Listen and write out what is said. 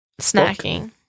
snacking